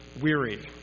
weary